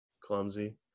clumsy